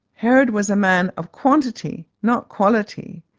herod was a man of quantity not quality.